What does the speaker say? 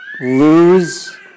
lose